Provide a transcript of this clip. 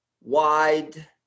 Wide